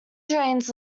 drains